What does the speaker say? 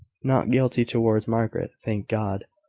not guilty towards margaret. thank god,